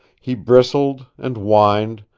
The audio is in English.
he bristled, and whined,